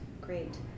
great